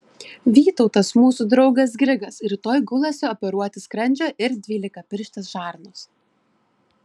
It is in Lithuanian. vytautas mūsų draugas grigas rytoj gulasi operuoti skrandžio ir dvylikapirštės žarnos